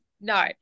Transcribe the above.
no